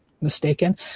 mistaken